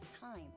time